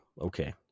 okay